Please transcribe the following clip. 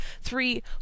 Three